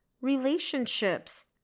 relationships